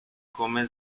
come